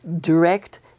direct